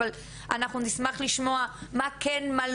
אבל אנחנו נשמח לשמוע מה כן נעשה,